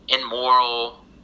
immoral